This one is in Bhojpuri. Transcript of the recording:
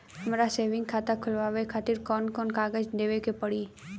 हमार सेविंग खाता खोलवावे खातिर कौन कौन कागज देवे के पड़ी?